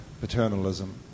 paternalism